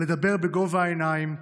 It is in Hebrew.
לדבר בגובה העיניים,